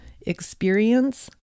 experience